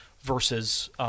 versus